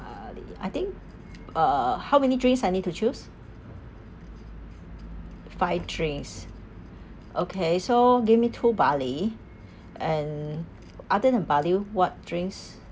barley I think uh how many drinks I need to choose five drinks okay so give me two barley and other than barley what drinks